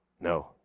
no